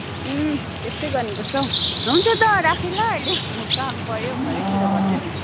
अँ त्यस्तै गर्नु पर्छ हौ हुन्छ त राखेँ ल अहिले काम पर्यो भरेतिर गर्छु नि